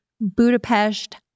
Budapest